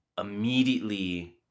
immediately